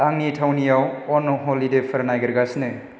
आंनि थावनियाव अन हलिडेफोर नागिरगासिनो